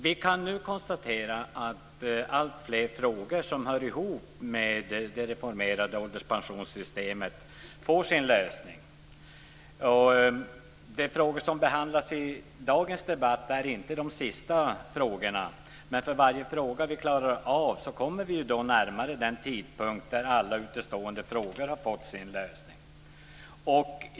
Vi kan konstatera att alltfler frågor som hör ihop med det reformerade ålderspensionssystemet nu får sin lösning. De frågor som behandlas i dagens debatt är inte de sista frågorna, men för varje fråga som vi klarar av kommer vi närmare den tidpunkt där alla utestående frågor har fått sin lösning.